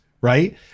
right